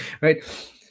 right